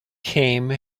came